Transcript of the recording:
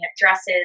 dresses